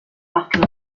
battle